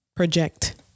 project